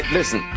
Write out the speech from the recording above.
listen